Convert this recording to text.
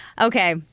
Okay